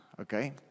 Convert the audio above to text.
okay